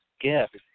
gift